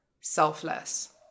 selfless